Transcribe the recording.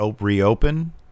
reopen